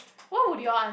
what would your an~